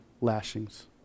Lashings